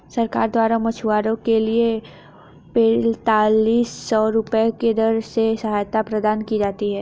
सरकार द्वारा मछुआरों के लिए पेंतालिस सौ रुपये की दर से सहायता प्रदान की जाती है